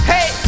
Hey